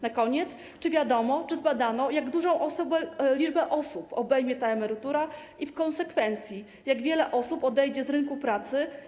Na koniec: Czy wiadomo, czy zbadano, jak dużą liczbę osób obejmie ta emerytura i w konsekwencji ile osób odejdzie z rynku pracy?